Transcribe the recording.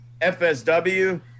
FSW